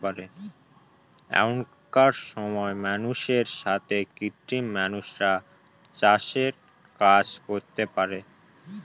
এখনকার সময় মানুষের সাথে কৃত্রিম মানুষরা চাষের কাজ করতে পারে